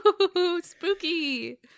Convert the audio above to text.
spooky